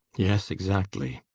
yes, exactly.